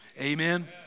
amen